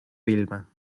vilma